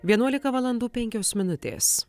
vienuolika valandų penkios minutės